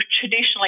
traditionally